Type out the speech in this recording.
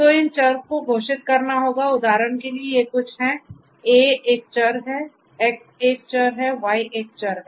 तो इन चर को घोषित करना होगाउदाहरण के लिए ये कुछ है A एक चर है X एक चर है Y एक चर है